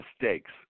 mistakes